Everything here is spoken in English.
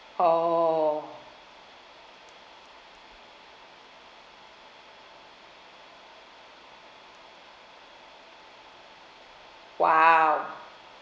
oh !wow!